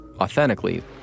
authentically